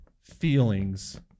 feelings